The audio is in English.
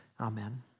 Amen